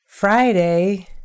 Friday